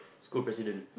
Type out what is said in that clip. school president